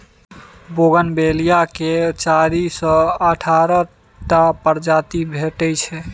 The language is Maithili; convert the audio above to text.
बोगनबेलिया केर चारि सँ अठारह टा प्रजाति भेटै छै